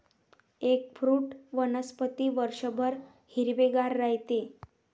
eggfruit वनस्पती वर्षभर हिरवेगार राहते